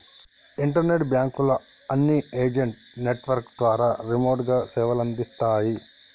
internet బాంకుల అన్ని agent network ద్వారా రిమోట్ గా సేవలందిత్తాయి